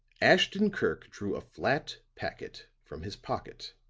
ashton-kirk drew a flat packet from his pocket.